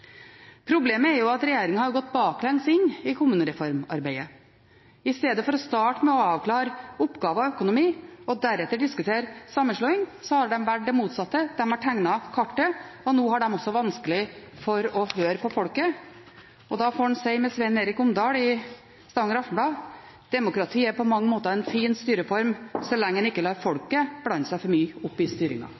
Problemet er at regjeringen har gått baklengs inn i kommunereformarbeidet. I stedet for å starte med å avklare oppgaver og økonomi og deretter diskutere sammenslåing, har de valgt det motsatte. De har tegnet kartet, og nå har de også vanskelig for å høre på folket. Da får en si med Sven Egil Omdal i Stavanger Aftenblad: «Demokrati er på mange måter en fin styreform, så lenge man ikke lar folket blande seg for mye opp i